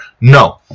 No